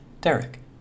Derek